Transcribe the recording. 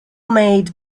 made